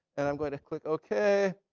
and i'm going to click ok.